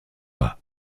pas